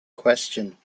question